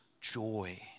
joy